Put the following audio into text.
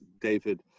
David